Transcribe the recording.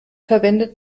verwendet